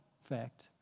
fact